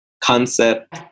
concept